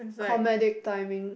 accommodate timing